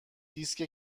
دیسک